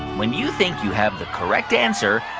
when you think you have the correct answer,